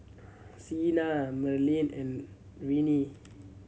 Sena Merlene and Renee